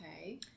Okay